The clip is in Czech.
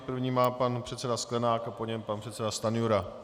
První má pan předseda Sklenák a po něm pan předseda Stanjura.